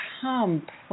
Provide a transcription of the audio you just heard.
complex